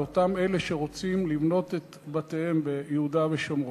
לאותם אלה שרוצים לבנות את בתיהם ביהודה ושומרון?